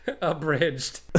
Abridged